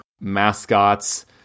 mascots